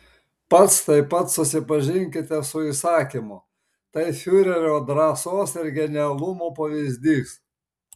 pats taip pat susipažinkite su įsakymu tai fiurerio drąsos ir genialumo pavyzdys